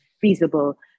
feasible